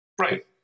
Right